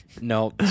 no